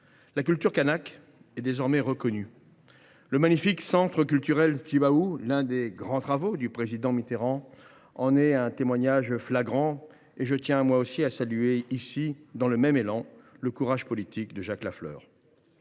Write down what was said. La culture kanake est désormais reconnue. Le magnifique centre culturel Tjibaou, l’un des grands travaux du président Mitterrand, en est un témoignage patent. À mon tour, je tiens à saluer, dans le même élan, le courage politique de Jacques Lafleur.